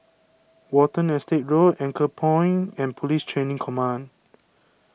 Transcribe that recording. Watten Estate Road Anchorpoint and Police Training Command